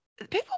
People